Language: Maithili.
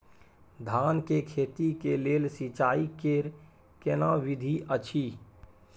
धान के खेती के लेल सिंचाई कैर केना विधी अछि?